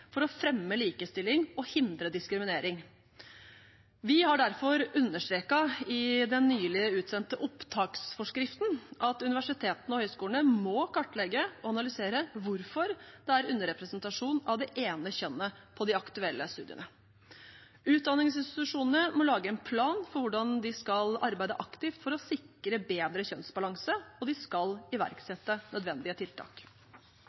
for å fremme likestilling og hindre diskriminering. Vi har derfor understreket i den nylig utsendte opptaksforskriften at universitetene og høyskolene må kartlegge og analysere hvorfor det er underrepresentasjon av det ene kjønnet på de aktuelle studiene. Utdanningsinstitusjonene må lage en plan for hvordan de skal arbeide aktivt for å sikre bedre kjønnsbalanse, og de skal iverksette nødvendige tiltak.